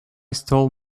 stole